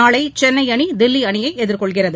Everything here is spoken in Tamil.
நாளை சென்னை அணி தில்லி அணியை எதிர்கொள்கிறது